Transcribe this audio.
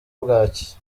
bwaki